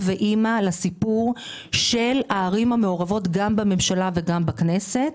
ואימא לסיפור של הערים המעורבות בממשלה ובכנסת.